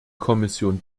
kommission